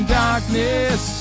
darkness